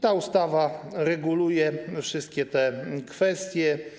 Ta ustawa reguluje wszystkie te kwestie.